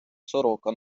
сорока